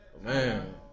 Man